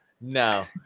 no